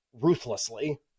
ruthlessly